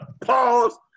Pause